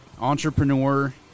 entrepreneur